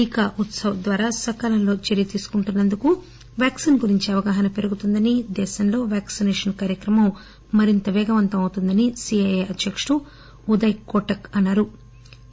టీకా ఉత్పవ్ ద్వారా సకాలంలో చర్య తీసుకుంటున్నందుకు వ్యాక్సిన్ గురించి అవగాహన పెరుగుతుందని దేశంలో వ్యాక్సినేషన్ కార్యక్రమం మరింత వేగవంతం అవుతుందని సీఐఐ అధ్యకుడు ఉదయ్ కోటక్ అన్నారు